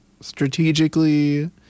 strategically